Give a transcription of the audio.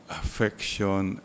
affection